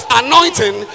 anointing